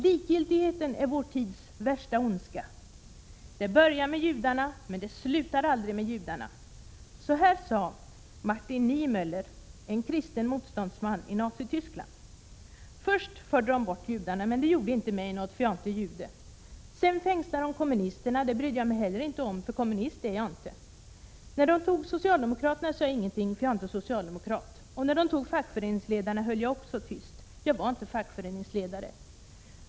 Likgiltigheten är vår tids värsta ondska. Det börjar med judarna, men det slutar aldrig med judarna. Så här sade Martin Niemöller, en kristen motståndsman i Nazityskland: ”Först förde de bort judarna, men det gjorde inte mig något, eftersom jag inte är jude. Sedan fängslade de kommunisterna. Det brydde jag mig inte heller om, eftersom jag inte är kommunist. När de tog socialdemokraterna sade jag ingenting, eftersom jag inte är socialdemokrat. När de tog fackföreningsledarna höll jag också tyst. Jag var inte fackföreningsledare.